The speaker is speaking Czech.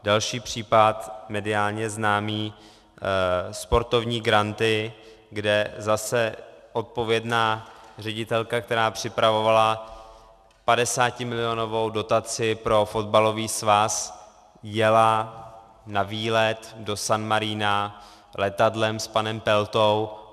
Další případ mediálně známý sportovní granty, kde zase odpovědná ředitelka, která připravovala 50milionovou dotaci pro fotbalový svaz, jela na výlet do San Marina letadlem s panem Peltou.